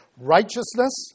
Righteousness